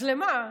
אז למה?